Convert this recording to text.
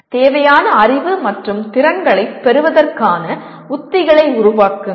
தேவையான அறிவு மற்றும் திறன்களைப் பெறுவதற்கான உத்திகளை உருவாக்குங்கள்